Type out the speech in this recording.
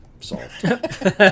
Solved